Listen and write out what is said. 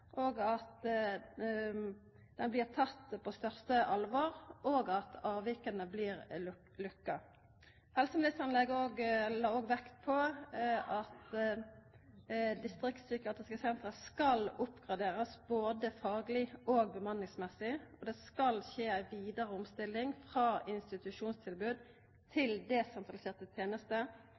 at han blir teken på største alvor, og at avvika blir lukka. Helseministeren legg òg vekt på at distriktspsykiatriske senter skal oppgraderast både fagleg og bemanningsmessig. Det skal skje ei vidare omstilling frå institusjonstilbod til